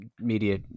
media